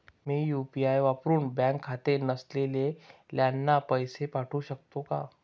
मी UPI वापरुन bank खाते नसलेल्यांना पैसे पाठवू शकते का?